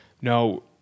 no